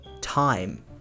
time